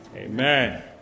Amen